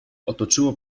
otoczyło